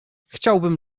chciałbym